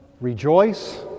Rejoice